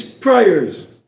prayers